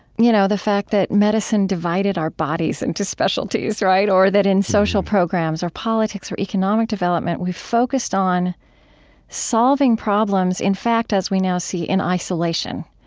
you know, the fact that medicine divided our bodies into specialties, right? or that in social programs or politics or economic development, we focused on solving problems. in fact, as we now see, in isolation.